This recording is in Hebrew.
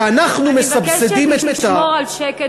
שאנחנו מסבסדים את, אני מבקשת לשמור על שקט.